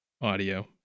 Audio